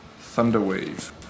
Thunderwave